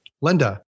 Linda